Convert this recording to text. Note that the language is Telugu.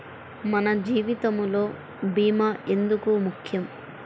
మన జీవితములో భీమా ఎందుకు ముఖ్యం?